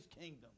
kingdom